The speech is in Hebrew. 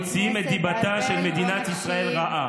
מוציאים את דיבתה של מדינת ישראל רעה